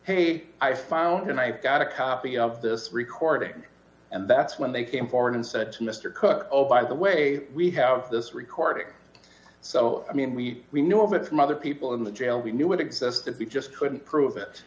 hey i found i've got a copy of this recording and that's when they came forward and said mr cooke oh by the way we have this record so i mean we we knew of it from other people in the jail we knew it existed be just couldn't prove it